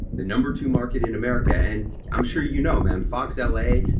the number two market in america. and i'm sure you know man, fox l a.